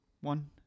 One